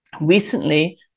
Recently